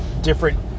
different